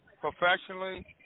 professionally